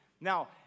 Now